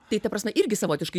tai ta prasme irgi savotiškai